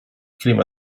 clima